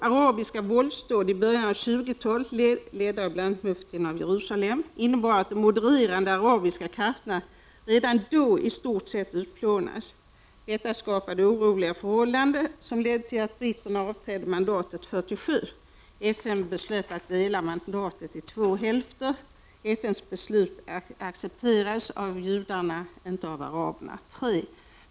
Arabiska våldsdåd i början av 20-talet — ledda av bl.a. muftin av Jerusalem — innebar att de modererande arabiska krafterna redan då i stort sett utplånades. Detta skapade oroliga förhållanden som ledde fram till att britterna avträdde mandatet 1947. FN beslöt att dela mandatet i två hälfter. FN:s beslut accepterades av judarna, men inte av araberna. 3.